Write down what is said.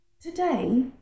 Today